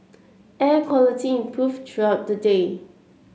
air quality improved throughout the day